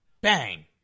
bang